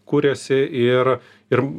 kuriasi ir ir